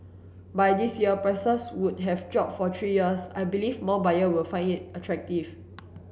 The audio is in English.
by this year prices would have dropped for three years I believe more buyer will find it attractive